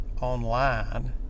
online